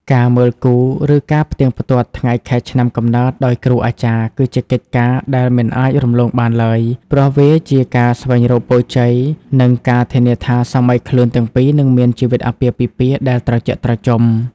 ការ "មើលគូ" ឬការផ្ទៀងផ្ទាត់ថ្ងៃខែឆ្នាំកំណើតដោយគ្រូអាចារ្យ គឺជាកិច្ចការដែលមិនអាចរំលងបានឡើយ ព្រោះវាជាការស្វែងរកពរជ័យ និងការធានាថាសាមីខ្លួនទាំងពីរនឹងមានជីវិតអាពាហ៍ពិពាហ៍ដែលត្រជាក់ត្រជុំ។